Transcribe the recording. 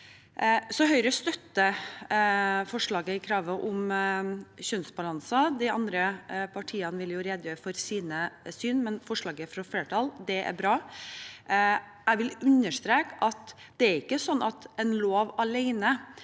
Høyre støtter altså forslaget til kravet om kjønnsbalanse. De andre partiene vil redegjøre for sine syn, men forslaget fra flertallet er bra. Jeg vil understreke at det ikke er sånn at en lov alene